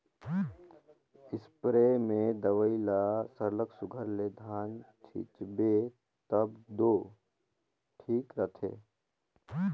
spray में दवई ल सरलग सुग्घर ले घन छींचबे तब दो ठीक रहथे